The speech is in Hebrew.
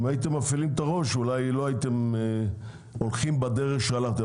אם הייתם מפעילים את הראש אולי לא הייתם הולכים בדרך שהלכתם.